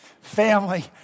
family